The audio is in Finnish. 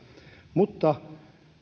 mutta